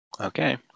Okay